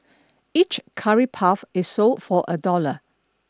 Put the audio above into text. each Curry Puff is sold for a dollar